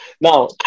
Now